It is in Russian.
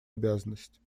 обязанность